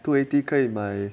two eighty 可以买